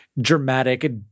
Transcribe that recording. dramatic